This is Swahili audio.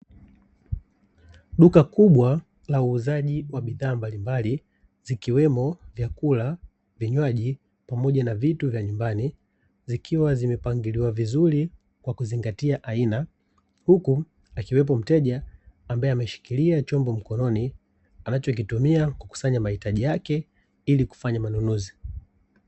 Duka kubwa la uuzaji wa bidhaa mbalimbali zikiwemo vyakula, vinywaji, pamoja na vitu vya nyumbani, zikiwa zimepangiliwa vizuri kwa kuzingatia aina huku akiwepo mteja, ambaye ameshikilia chombo mkononi anachokitumia kukusanya mahitaji yake, ili kufanya manunuzi.